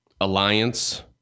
alliance